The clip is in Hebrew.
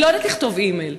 היא לא יודעת לכתוב אימייל.